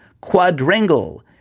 quadrangle